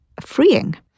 freeing